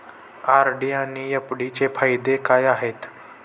RD आणि F D यांचे फायदे काय आहेत?